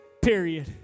Period